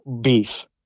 beef